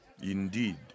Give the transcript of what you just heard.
Indeed